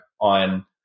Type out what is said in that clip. on